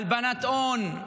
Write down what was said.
הלבנת הון.